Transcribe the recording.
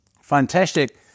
Fantastic